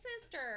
sister